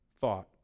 thought